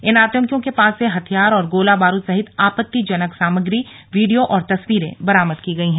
इन आतंकियों के पास से हथियार और गोला बारूद सहित आपत्तिजनक सामग्री वीडियो और तस्वीरें बरामद की गई हैं